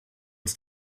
uns